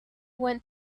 went